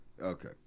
Okay